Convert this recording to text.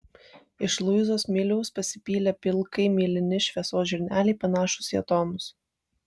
iš luizos smiliaus pasipylę pilkai mėlyni šviesos žirneliai panašūs į atomus